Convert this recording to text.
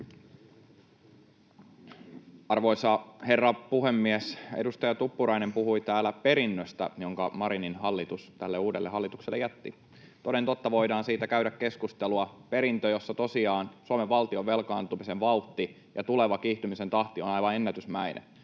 Arvoisa herra puhemies! Edustaja Tuppurainen puhui täällä perinnöstä, jonka Marinin hallitus tälle uudelle hallitukselle jätti. Toden totta, voidaan siitä käydä keskustelua. Perintö, jossa tosiaan Suomen valtion velkaantumisen vauhti ja tuleva kiihtymisen tahti on aivan ennätysmäinen.